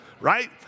right